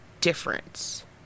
difference